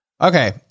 Okay